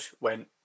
went